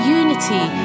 unity